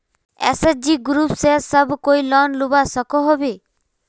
SHG group से सब कोई लोन लुबा सकोहो होबे?